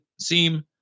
Seem